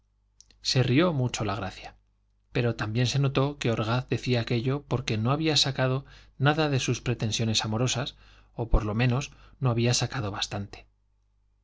se rió mucho la gracia pero también se notó que orgaz decía aquello porque no había sacado nada de sus pretensiones amorosas o por lo menos no había sacado bastante